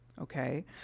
Okay